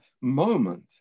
moment